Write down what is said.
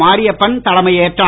Mariyappan தலைமையேற்றார்